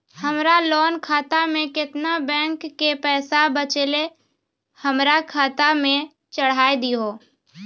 हमरा लोन खाता मे केतना बैंक के पैसा बचलै हमरा खाता मे चढ़ाय दिहो?